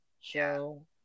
show